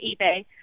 eBay